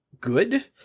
good